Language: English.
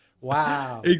Wow